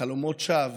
וחלומות שווא